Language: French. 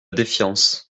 défiance